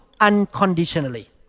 unconditionally